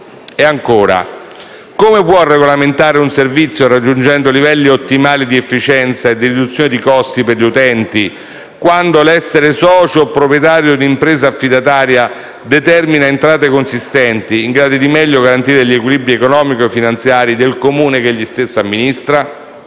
E ancora: come può regolamentare un servizio raggiungendo livelli ottimali di efficienza e di riduzione dei costi per gli utenti, quando l'essere socio o proprietario dell'impresa affidataria determina entrate consistenti in grado di meglio garantire gli equilibri economico-finanziari del Comune che egli stesso amministra?